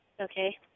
Okay